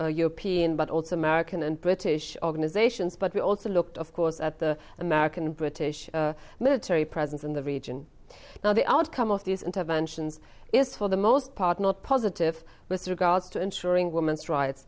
european but also american and british organizations but we also looked of course at the american british military presence in the region now the outcome of these interventions is for the most part not positive with regards to ensuring women's rights